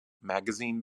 magazine